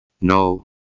No